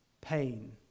pain